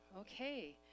okay